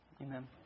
Amen